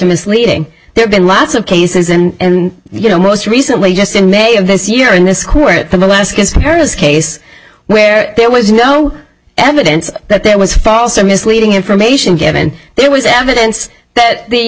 misleading there's been lots of cases and you know most recently just in may of this year in this court for the last harris case where there was no evidence that there was false or misleading information given there was evidence that the